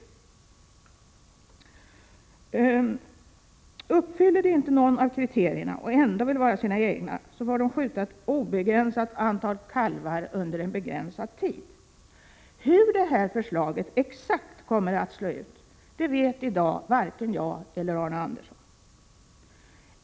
29 Uppfyller markägarna inte något av kriterierna men ändå vill vara sina egna, får de skjuta ett obegränsat antal kalvar under en begränsad tid. Hur detta förslag exakt kommer att slå vet i dag varken jag eller Arne Andersson.